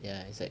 ya it's like